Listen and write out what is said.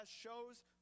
shows